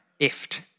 Ift